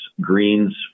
Greens